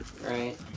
Right